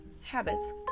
habits